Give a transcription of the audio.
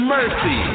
Mercy